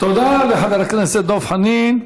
תודה לחבר הכנסת דב חנין.